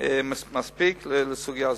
לסוגיה זו.